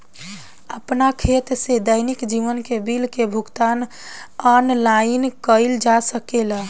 आपन खाता से दैनिक जीवन के बिल के भुगतान आनलाइन कइल जा सकेला का?